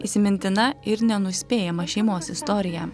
įsimintina ir nenuspėjama šeimos istorija